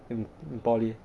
in in polytechnic